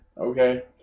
Okay